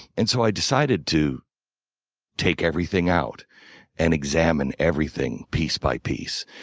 and so i decided to take everything out and examine everything piece by piece.